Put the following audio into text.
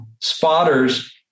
spotters